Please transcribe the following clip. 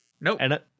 Nope